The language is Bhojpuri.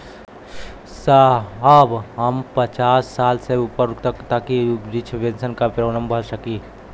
साहब हम पचास साल से ऊपर हई ताका हम बृध पेंसन का फोरम भर सकेला?